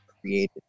created